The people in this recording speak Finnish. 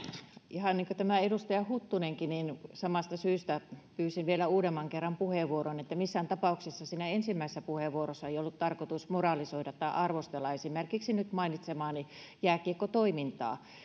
ihan niin kuin edustaja huttunenkin niin samasta syystä pyysin vielä uudemman kerran puheenvuoron eli missään tapauksessa siinä ensimmäisessä puheenvuorossa ei ollut tarkoitus moralisoida tai arvostella esimerkiksi nyt mainitsemaani jääkiekkotoimintaa